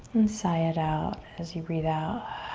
and sigh it out as you breath out.